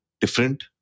different